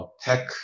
tech